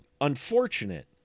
unfortunate